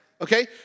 okay